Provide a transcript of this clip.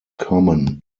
common